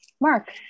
Mark